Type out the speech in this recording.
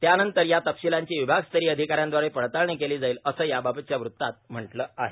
त्यानंतर या तपशीलांची विभाग स्तरीय अधिकाऱ्याद्वारे पडताळणी केली जाईल असं याबाबतच्या वृत्तात म्हटलं आहे